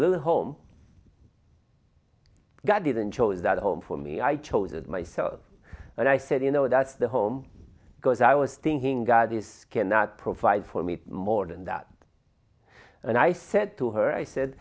little home god didn't chose that home for me i chose it myself and i said you know that's the home because i was thinking god is cannot provide for me more than that and i said to her i said